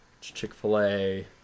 chick-fil-a